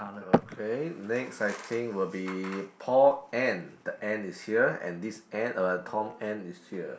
okay next I think will be Paul N the N is here and this N uh Tom N is here